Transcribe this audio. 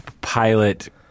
pilot